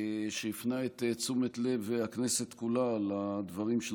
שהפנה את תשומת לב הכנסת כולה לדברים של